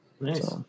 Nice